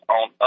on